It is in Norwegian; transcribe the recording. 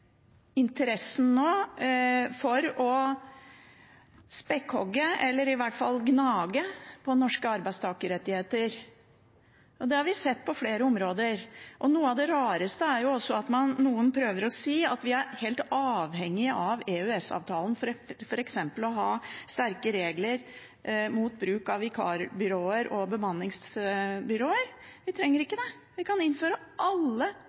interessen nå for å «spekkhogge» – eller i hvert fall gnage – på norske arbeidstakerrettigheter. Det har vi sett på flere områder. Noe av det rareste er også at noen prøver å si at vi er helt avhengige av EØS-avtalen for f.eks. å ha sterke regler mot bruk av vikarbyråer og bemanningsbyråer. Vi trenger ikke det. Vi kan innføre alle